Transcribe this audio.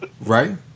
Right